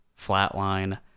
flatline